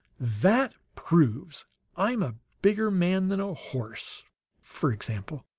that proves i'm a bigger man than a horse for example.